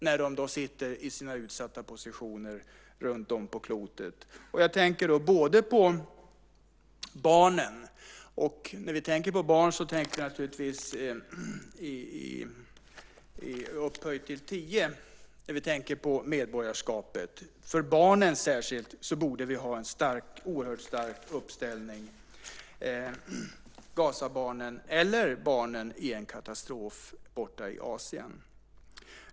när de befinner sig i sina utsatta positioner runtom på klotet? Jag tänker då bland annat på barnen. När vi tänker på barn tänker vi naturligtvis upphöjt till tio i fråga om medborgarskapet. Särskilt för barnen borde vi ha en oerhört stark uppställning. Det kan vara Gazabarnen eller barnen i en katastrof borta i Asien.